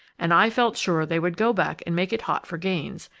and i felt sure they would go back and make it hot for gaines,